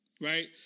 right